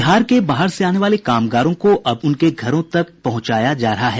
बिहार के बाहर से आने वाले कामगारों को अब उनके घरों तक पहुंचाया जा रहा है